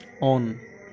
on